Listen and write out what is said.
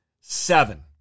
seven